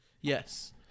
yes